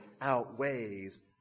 outweighs